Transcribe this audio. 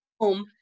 home